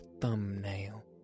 thumbnail